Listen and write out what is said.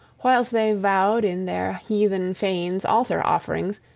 whiles they vowed in their heathen fanes altar-offerings,